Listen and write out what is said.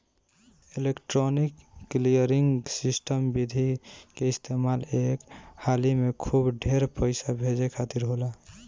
electronic clearing system विधि के इस्तेमाल एक हाली में खूब ढेर पईसा भेजे खातिर होला